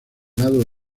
lado